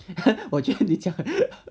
我就的你讲